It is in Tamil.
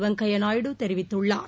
வெங்கய்யா நாயுடு தெரிவித்துள்ளார்